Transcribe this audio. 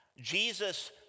Jesus